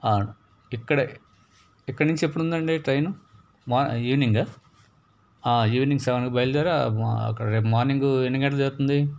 ఇక్కడ ఇక్కడి నుంచి ఎప్పుడుందండి ట్రైను మార్ ఈవినింగ్ ఆ ఈవినింగ్ సెవెన్కి బయలుదేరి అక్కడ రేపు మార్నింగ్ ఎన్ని గంటలకు చేరుతుంది